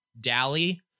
Dally